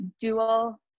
dual